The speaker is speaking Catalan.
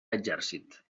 exèrcit